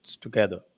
together